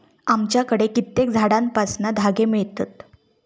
आमच्याकडे कित्येक झाडांपासना धागे मिळतत